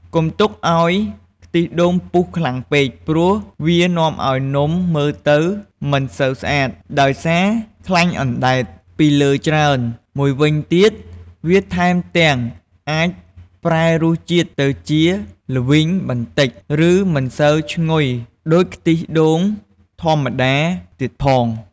កុំទុកឲ្យខ្ទិះដូងពុះខ្លាំងពេក ព្រោះវានាំឱ្យនំមើលទៅមិនសូវស្អាត ដោយសារខ្លាញ់អណ្ដែតពីលើច្រើន មួយវិញទៀត វាថែមទាំងអាចប្រែរសជាតិទៅជា ល្វីង បន្តិច ឬមិនសូវឈ្ងុយដូចខ្ទិះដូងធម្មតាទៀតផង។